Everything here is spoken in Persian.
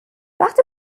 وقتی